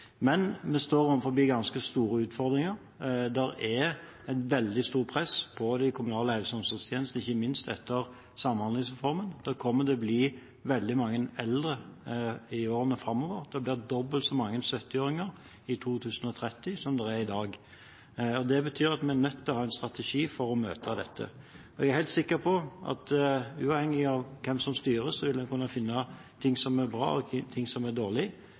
Men vi står overfor ganske store utfordringer. Det er et veldig stort press på de kommunale helse- og omsorgstjenestene, ikke minst etter Samhandlingsreformen. Det kommer til å bli veldig mange eldre i årene framover. Det blir dobbelt så mange 70-åringer i 2030 som det er i dag. Det betyr at vi er nødt til å ha en strategi for å møte dette. Jeg er helt sikker på at uavhengig av hvem som styrer, vil vi kunne finne ting som er bra, og ting som er